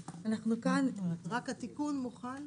רק התיקון מוחל?